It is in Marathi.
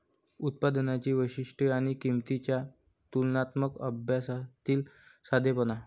उत्पादनांची वैशिष्ट्ये आणि किंमतींच्या तुलनात्मक अभ्यासातील साधेपणा